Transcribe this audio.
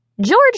George